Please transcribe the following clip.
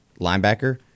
linebacker